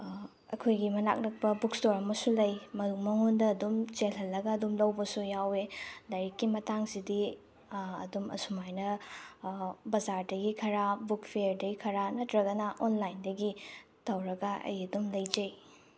ꯑꯩꯈꯣꯏꯒꯤ ꯃꯅꯥꯛꯅꯛꯄ books store ꯑꯃꯁꯨ ꯂꯩ ꯃꯥꯉꯣꯟꯗ ꯑꯗꯨꯝ ꯆꯦꯜꯍꯜꯂꯒ ꯑꯗꯨꯝ ꯂꯧꯕꯁꯨ ꯌꯥꯎꯏ ꯂꯥꯏꯔꯤꯛꯀꯤ ꯃꯇꯥꯡꯁꯤꯗꯤ ꯑꯗꯨꯝ ꯑꯁꯨꯝꯃꯥꯏꯅ ꯕꯖꯥꯔꯗꯒꯤ ꯈꯔ ꯕꯨꯛ ꯐꯤꯌꯔꯗꯒꯤ ꯈꯔ ꯅꯠꯇ꯭ꯔꯒꯅ ꯑꯣꯟꯂꯥꯏꯟꯗꯒꯤ ꯇꯧꯔꯒ ꯑꯩ ꯑꯗꯨꯝ ꯂꯩꯖꯩ